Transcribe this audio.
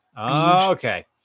Okay